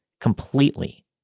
completely